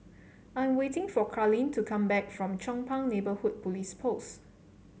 I'm waiting for Karlene to come back from Chong Pang Neighbourhood Police Post